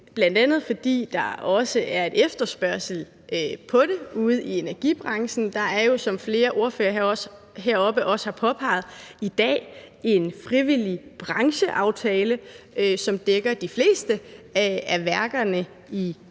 bl.a. fordi der også er en efterspørgsel på det ude i energibranchen. Der er jo, som flere ordførere heroppe også har påpeget, i dag en frivillig brancheaftale, som dækker de fleste af værkerne i Danmark,